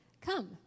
Come